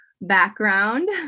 background